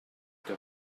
que